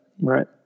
right